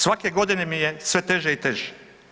Svake godine mi je sve teže i teže.